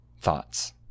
thoughts